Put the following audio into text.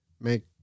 make